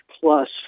plus